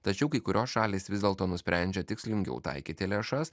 tačiau kai kurios šalys vis dėlto nusprendžia tikslingiau taikyti lėšas